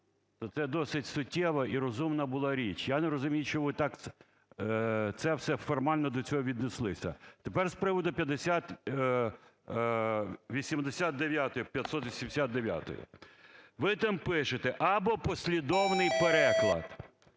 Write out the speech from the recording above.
це досить суттєва і розумна була річ. Я не розумію, чого так це все, формально до цього віднеслися. Тепер з приводу 589-ї. Ви там пишете: або послідовний переклад.